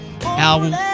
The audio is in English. album